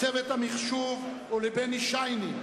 לצוות המחשוב ולבני שיינין,